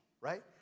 right